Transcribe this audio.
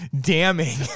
damning